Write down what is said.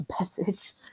message